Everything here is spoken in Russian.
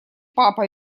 папа